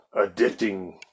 Addicting